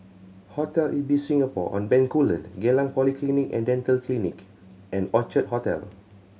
Hotel Ibis Singapore On Bencoolen Geylang Polyclinic And Dental Clinic and Orchard Hotel